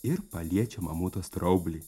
ir paliečia mamuto straublį